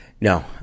No